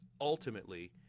ultimately